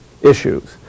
issues